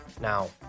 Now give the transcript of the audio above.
Now